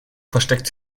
versteckt